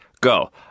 go